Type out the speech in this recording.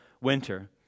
winter